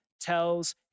tells